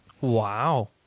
Wow